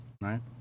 right